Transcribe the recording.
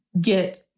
get